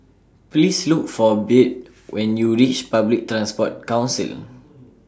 Please Look For Byrd when YOU REACH Public Transport Council